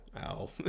ow